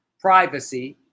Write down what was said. Privacy